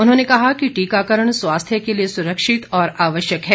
उन्होंने कहा कि टीकाकरण स्वास्थ्य के लिए सुरक्षित और आवश्यक है